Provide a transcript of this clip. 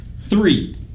Three